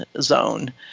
zone